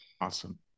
awesome